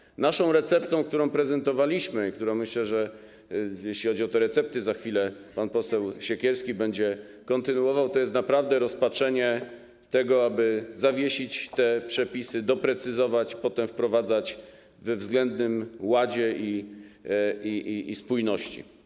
Myślę, że naszą receptą, którą prezentowaliśmy i której przedstawianie - jeśli chodzi o te recepty - za chwilę pan poseł Siekierski będzie kontynuował, jest naprawdę rozpatrzenie tego, aby zawiesić te przepisy, doprecyzować, potem wprowadzać je we względnym ładzie i spójności.